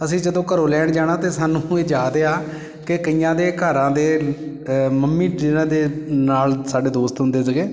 ਅਸੀਂ ਜਦੋਂ ਘਰੋਂ ਲੈਣ ਜਾਣਾ ਤਾਂ ਸਾਨੂੰ ਇਹ ਯਾਦ ਆ ਕਿ ਕਈਆਂ ਦੇ ਘਰਾਂ ਦੇ ਮੰਮੀ ਜਿਨ੍ਹਾਂ ਦੇ ਨਾਲ ਸਾਡੇ ਦੋਸਤ ਹੁੰਦੇ ਸੀਗੇ